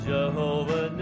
Jehovah